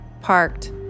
parked